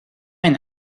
and